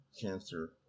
cancer